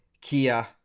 Kia